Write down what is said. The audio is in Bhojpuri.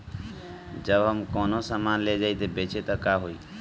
जब हम कौनो सामान ले जाई बेचे त का होही?